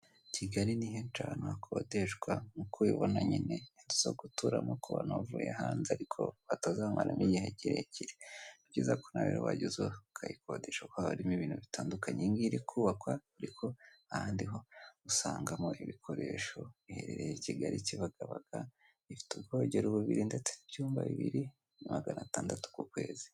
Kigali ni henshi ahantu hakodeshwa nk'uko ubibona nyine inzu zo guturamo kubona wavuye hanze ariko batazamaramo igihe kirekire, byiza ko nawe wajya uza ukayikodesha kuko harimo ibintu bitandukanye. Iyi ngiyi irikubakwa ariko ahandi ho usangamo ibikoresho iherereye i Kigali ,Kibagabaga ifite ubwogero bubiri ndetse n'ibyumba bibiri magana atandatu ku kwezi.